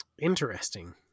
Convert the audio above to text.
Interesting